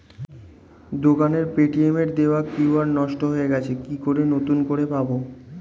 দোকানের পেটিএম এর দেওয়া কিউ.আর নষ্ট হয়ে গেছে কি করে নতুন করে পাবো?